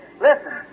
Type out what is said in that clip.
Listen